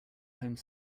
home